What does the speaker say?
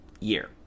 year